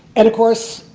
and of course,